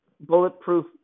bulletproof